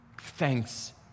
Thanks